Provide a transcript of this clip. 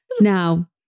Now